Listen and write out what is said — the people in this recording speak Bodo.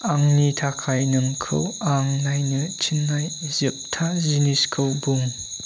आंनि थाखाय नोंखौ आं नायनो थिननाय जोबथा जिनिसखौ बुं